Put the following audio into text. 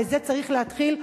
בזה צריך להתחיל,